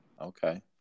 Okay